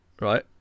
right